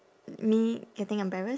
me getting embarrassed